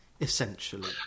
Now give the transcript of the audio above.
essentially